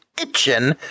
itching